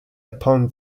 upon